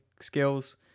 skills